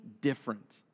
different